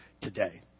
today